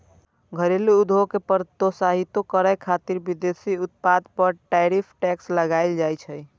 घरेलू उद्योग कें प्रोत्साहितो करै खातिर विदेशी उत्पाद पर टैरिफ टैक्स लगाएल जाइ छै